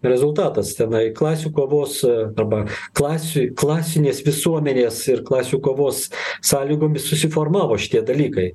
rezultatas tenai klasių kovos arba klasių klasinės visuomenės ir klasių kovos sąlygomis susiformavo šitie dalykai